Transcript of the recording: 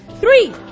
Three